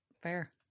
fair